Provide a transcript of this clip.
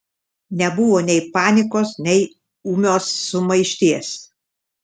nebuvo nei panikos nei ūmios sumaišties